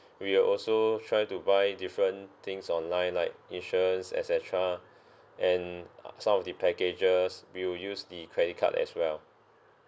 we will also try to buy different things online like insurance et cetera and uh some of the packages we will use the credit card as well